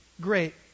great